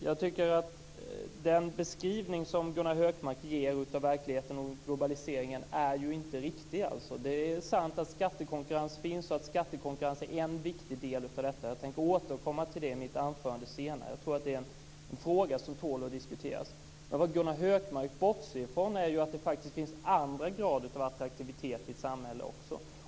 Jag tycker att den beskrivning som Gunnar Hökmark ger av verkligheten och globaliseringen inte är riktig. Det är sant att det finns skattekonkurrens, och skattekonkurrens är en viktig del av detta. Jag tänker återkomma till det i mitt anförande senare. Jag tror att det är en fråga som tål att diskuteras. Men vad Gunnar Hökmark bortser från är att det faktiskt finns andra grader av attraktivitet i ett samhälle också.